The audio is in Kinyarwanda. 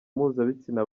mpuzabitsina